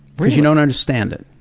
because you don't understand it.